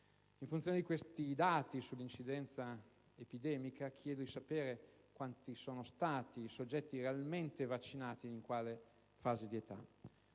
In funzione di questi dati sull'incidenza epidemica, chiedo di sapere quanti sono stati i soggetti realmente vaccinati e in quale fascia di età.